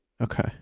Okay